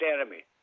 enemy